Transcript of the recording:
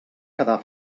quedar